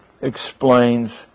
explains